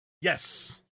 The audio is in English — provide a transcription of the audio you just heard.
Yes